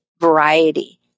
variety